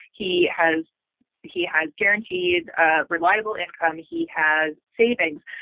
he has he has guaranteed ah reliable income. he has savings.